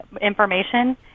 information